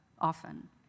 often